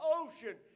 ocean